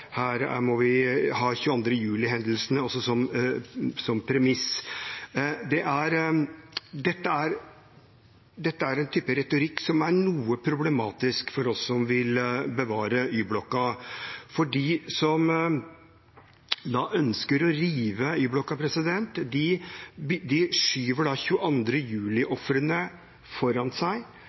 her må vi ha 22. juli-hendelsene som premiss. Det er en type retorikk som er noe problematisk for oss som vil bevare Y-blokka. For de som ønsker å rive Y-blokka, skyver 22. juli-ofrene foran seg og forsøker med den retorikken å gjøre seg